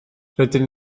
rydyn